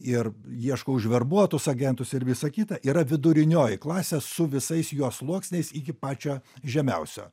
ir ieško užverbuotus agentus ir visa kita yra vidurinioji klasė su visais jos sluoksniais iki pačio žemiausio